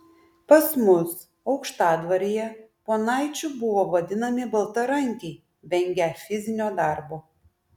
pas mus aukštadvaryje ponaičiu buvo vadinami baltarankiai vengią fizinio darbo